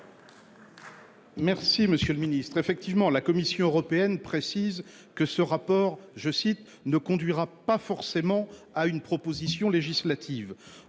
Merci monsieur le ministre, effectivement, la Commission européenne précise que ce rapport je cite ne conduira pas forcément à une proposition législative,